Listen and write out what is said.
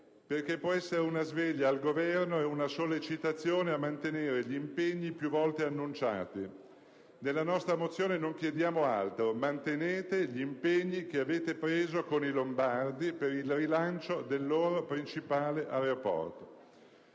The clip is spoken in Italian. perché può essere una sveglia al Governo e una sollecitazione a mantenere gli impegni più volte annunciati. Nella nostra mozione non chiediamo altro: mantenete gli impegni che avete preso con i lombardi, per il rilancio del loro principale aeroporto.